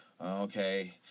Okay